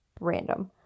random